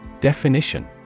Definition